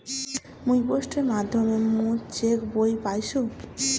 মুই পোস্টের মাধ্যমে মোর চেক বই পাইসু